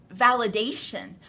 validation